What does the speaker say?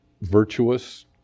virtuous